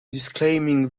disclaiming